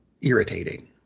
irritating